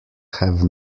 have